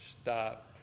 stop